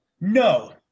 No